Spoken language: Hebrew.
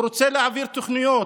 הוא רוצה להעביר תוכניות